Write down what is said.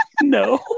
no